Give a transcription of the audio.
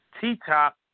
T-Top